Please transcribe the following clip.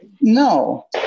No